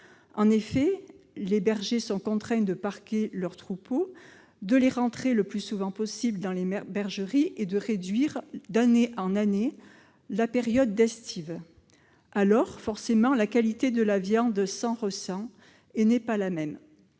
En effet, les bergers sont contraints de parquer leurs troupeaux, de les rentrer le plus souvent possible dans les bergeries, et de réduire, d'année en année, la période d'estive. Alors, forcément, la qualité de la viande s'en ressent. C'est bien dommage